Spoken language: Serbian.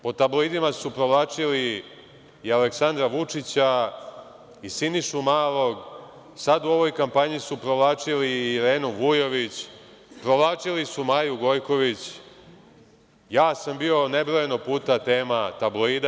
Po tabloidima su provlačili i Aleksandra Vučića i Sinišu Malog, sada u ovoj kampanji su provlačili i Irenu Vujović, provlačili su Maju Gojković, ja sam bio nebrojeno puta tema tabloida.